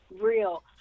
real